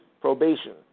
probation